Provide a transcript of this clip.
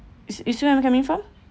you see when I'm coming from